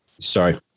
Sorry